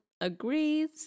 agrees